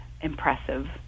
impressive